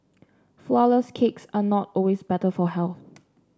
flourless cakes are not always better for health